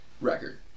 record